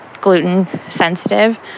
gluten-sensitive